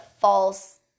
false